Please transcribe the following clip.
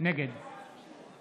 נגד